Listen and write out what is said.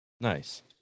Nice